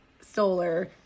solar